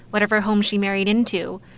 whatever home she married into,